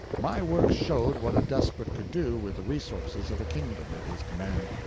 my works showed what a despot could do with the resources of a kingdom at his command.